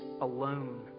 alone